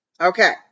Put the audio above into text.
Okay